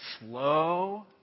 slow